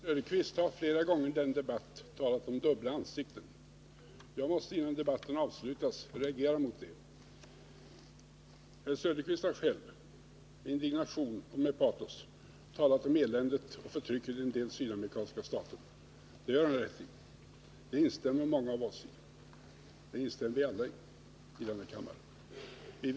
Herr talman! Herr Söderqvist har flera gånger i denna debatt talat om dubbla ansikten. Jag måste innan debatten avslutas reagera mot det. Herr Söderqvist talar med indignation och med patos om eländet och förtrycket i en del sydamerikanska stater. Det gör han rätt i, och i det instämmer alla här i kammaren.